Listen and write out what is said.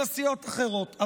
אלא סיעות אחרות.